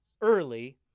early